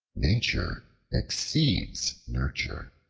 nature exceeds nurture.